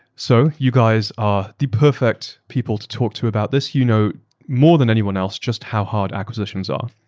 so you guys are the perfect people to talk to about this. you know more than anyone else just how hard acquisitions are.